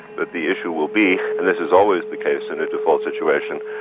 but the issue will be, and this is always the case in a default situation,